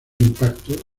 impacto